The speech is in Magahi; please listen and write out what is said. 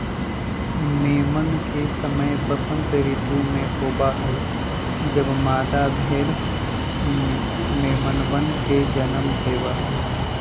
मेमन के समय वसंत ऋतु में होबा हई जब मादा भेड़ मेमनवन के जन्म देवा हई